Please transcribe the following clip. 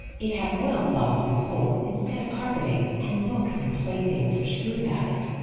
it had oil-cloth on the floor instead of carpeting, and books and playthings were strewed about it.